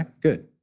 good